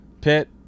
Pit